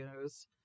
news